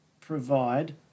provide